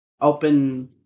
open